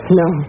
no